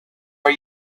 are